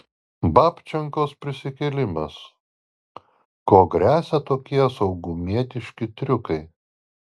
babčenkos prisikėlimas kuo gresia tokie saugumietiški triukai